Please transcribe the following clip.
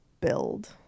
build